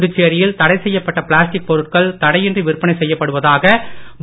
புதுச்சேரியில் தடை செய்யப்பட்ட பிளாஸ்டிக் பொருட்கள் தடையின்றி விற்பனை செய்யப்படுவதாக பா